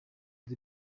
the